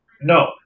No